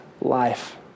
life